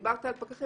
דיברת על פקחים.